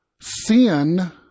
sin